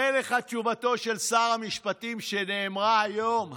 הרי לך תשובתו של שר המשפטים שנאמרה היום: